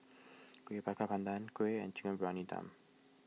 Kueh Bakar Pandan Kuih and Chicken Briyani Dum